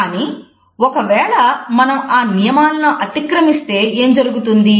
కానీ ఒకవేళ మనం ఆ నియమాలను అతిక్రమిస్తే ఏం జరుగుతుంది